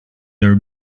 their